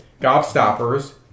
Gobstoppers